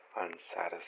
unsatisfied